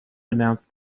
announced